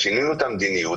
אז שינינו את המדיניות.